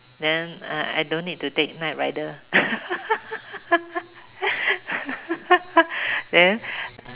then uh I don't need to take night rider then